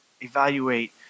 Evaluate